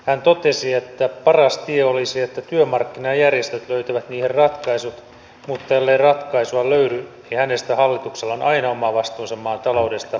hän totesi että paras tie olisi että työmarkkinajärjestöt löytävät niihin ratkaisut mutta ellei ratkaisua löydy niin hänestä hallituksella on aina oma vastuunsa maan taloudesta